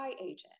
agent